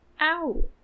ow